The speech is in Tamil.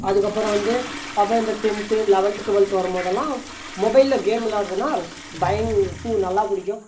அதுக்கப்புறம் வந்து அப்புறம் இந்த டென்த்து லவல்த்து டுவல்த்து வரும்போதெல்லாம் மொபைலில் கேம் விளையாடுறதுன்னா நல்லா பிடிக்கும்